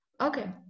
Okay